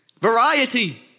Variety